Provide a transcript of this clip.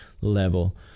level